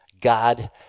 God